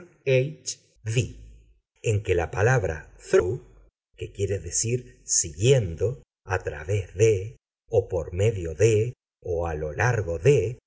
en que la palabra through siguiendo a través de por medio de a lo largo de